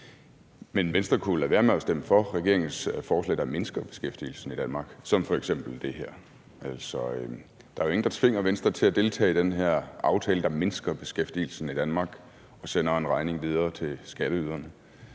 men Venstre kunne jo lade være med at stemme for regeringens forslag, der mindsker beskæftigelsen i Danmark, som f.eks. det her. Der er jo ingen, der tvinger Venstre til at deltage i den her aftale, der mindsker beskæftigelsen i Danmark og sender en regning videre til skatteyderne.